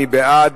מי בעד?